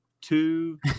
two